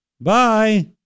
bye